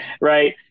right